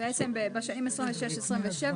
בעצם, בשנים 2026, 2027,